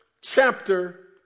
chapter